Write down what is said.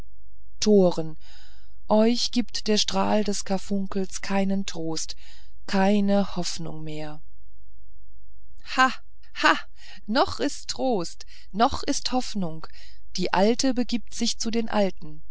toren euch gibt der strahl des karfunkels keinen trost keine hoffnung mehr ha ha noch ist wohl trost noch ist wohl hoffnung die alte begibt sich zu den alten